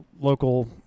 local